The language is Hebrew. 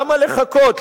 למה לחכות?